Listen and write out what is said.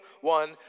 one